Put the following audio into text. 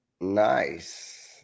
Nice